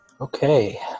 Okay